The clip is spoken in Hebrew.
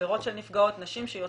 חברות של נפגעות, נשים.